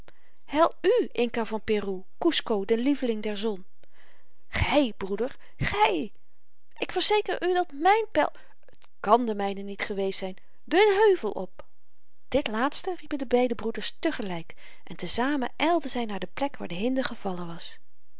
heil u inca van peru kusco den lieveling der zon gy broeder gy ik verzeker u dat myn pyl t kàn de myne niet geweest zyn den heuvel op dit laatste riepen de beide broeders te gelyk en te-zamen ylden zy naar de plek waar de hinde gevallen was